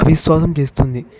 పరిశోధన చేస్తుంది